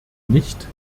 nicht